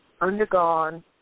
undergone